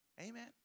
Amen